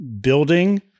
building